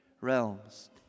realms